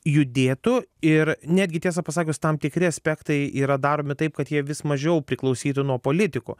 judėtų ir netgi tiesą pasakius tam tikri aspektai yra daromi taip kad jie vis mažiau priklausytų nuo politikų